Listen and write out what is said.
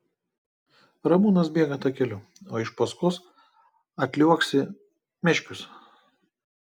ramūnas bėga takeliu o iš paskos atliuoksi meškius